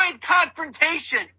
confrontation